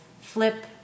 flip